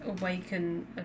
awaken